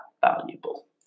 valuable